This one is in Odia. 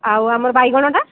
ଆଉ ଆମର ବାଇଗଣଟା